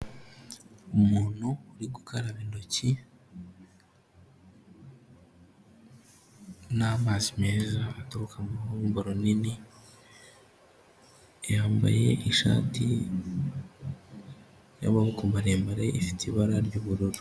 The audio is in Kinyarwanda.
Umuntu uri gukaraba intoki n'amazi meza aturuka mu ruhombo runini yambaye ishati y'amaboko maremare ifite ibara ry'ubururu.